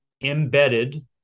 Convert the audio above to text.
embedded